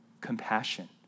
compassion